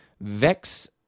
Vex